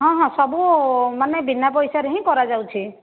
ହଁ ହଁ ସବୁ ମାନେ ବିନା ପଇସାରେ ହିଁ କରାଯାଉଛି